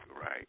Right